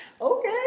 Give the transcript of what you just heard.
Okay